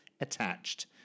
attached